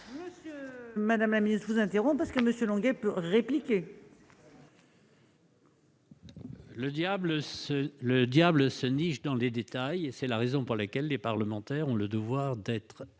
Madame la Ministre vous interromps parce que Monsieur Longuet pour répliquer. Le diable se le diable se niche dans les détails et c'est la raison pour laquelle les parlementaires ont le devoir d'être